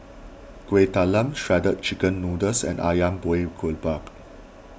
Kuih Talam Shredded Chicken Noodles and Ayam Buah Keluak